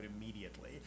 immediately